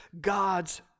God's